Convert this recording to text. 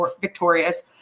victorious